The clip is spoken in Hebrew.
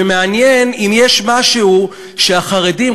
ומעניין אם יש משהו שהחרדים,